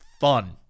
fun